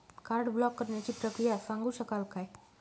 Card block करण्याची प्रक्रिया सांगू शकाल काय?